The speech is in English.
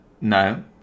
No